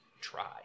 try